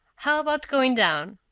how about going down?